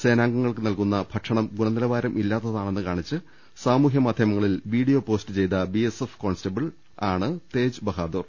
സേനാംഗങ്ങൾക്ക് നൽകുന്ന ഭക്ഷണം ഗുണനിലവാരം ഇല്ലാത്തതാണെന്ന് കാണിച്ച് സാമൂ ഹ്യമാധ്യമങ്ങളിൽ വീഡിയോ പോസ്റ്റ് ചെയ്ത ബിഎസ്എഫ് കോൺസ്റ്റബ്ൾ ആണ് തേജ് ബഹാദൂർ